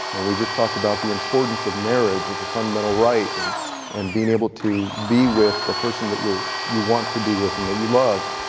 and we just talked about the importance of marriage as a fundamental right and and being able to be with the person that you want to be with and that you love,